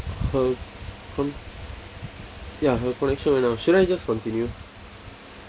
ya her connection went out should I just continue